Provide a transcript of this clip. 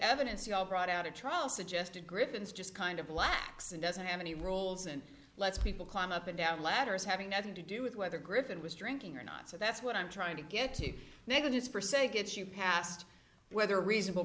evidence you all brought out a trial suggested griffins just kind of lax and doesn't have any roles and lets people climb up and down ladders having nothing to do with whether griffin was drinking or not so that's what i'm trying to get to negatives for say gets you past whether a reasonable